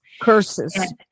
Curses